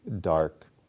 dark